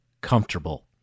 comfortable